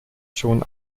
schon